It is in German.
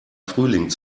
frühling